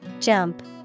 Jump